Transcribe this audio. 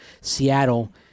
Seattle